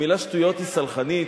המלה שטויות היא סלחנית,